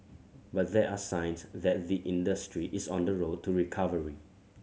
but there are signs that the industry is on the road to recovery